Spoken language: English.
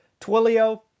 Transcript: Twilio